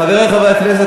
חברי חברי הכנסת,